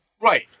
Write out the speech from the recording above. Right